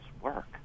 work